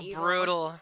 brutal